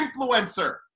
influencer